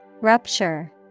Rupture